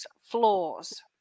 flaws